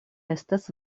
estas